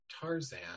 Tarzan